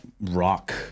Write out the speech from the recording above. rock